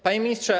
Panie Ministrze!